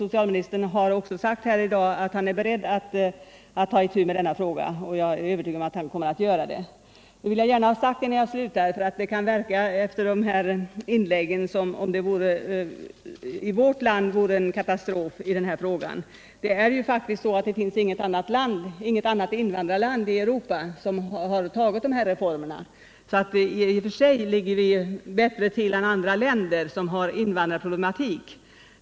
Socialministern har också framhållit här i dag att han är beredd att ta itu med denna fråga, och jag är övertygad om att han kommer att göra det. Efter de inlägg som gjorts kan det verka som om det i vårt land vore katastrofala förhållanden på det här området, men innan jag slutar vill jag säga att det faktiskt inte finns något annat invandrarland i Europa som har genomfört sådana här reformer. I och för sig ligger vi därför bättre till än andra länder som har invandrarproblematik.